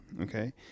Okay